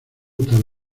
tal